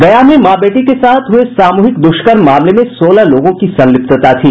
गया में मां बेटी के साथ हुये सामूहिक दुष्कर्म मामले में सोलह लोगों की संलिप्तता थी